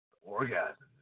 Orgasm